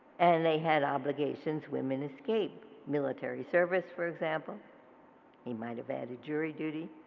and they had obligations women escape military service for example he might have added jury duty.